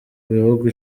bihugu